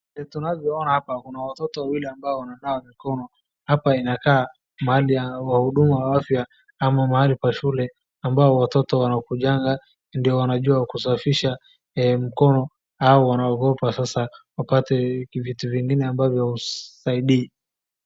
Tunavyoona hapa kuna watoto wawili ambao wananawa mikono, hapa inakaa mahali ya wahudumu wa afya ama mahali pa shule ambao watoto wanakujanga ndio wanajua kusafisha mkono au wanaogopa sasa wapate vitu vingine ambavyo haisaidii.